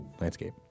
landscape